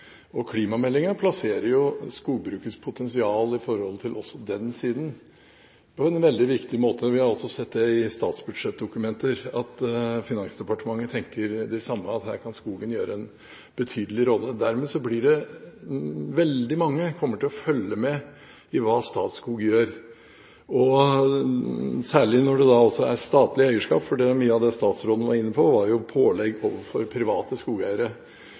og klimameldingen plasserer skogbrukets potensial med tanke på også den siden på en veldig viktig måte. Vi har også sett i statsbudsjettdokumenter at Finansdepartementet tenker det samme, at her kan skogen ha en betydelig rolle. Dermed blir det veldig mange som kommer til å følge med på hva Statskog gjør – særlig når det da er statlig eierskap – for mye av det statsråden var inne på, var pålegg overfor private skogeiere.